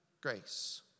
grace